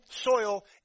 soil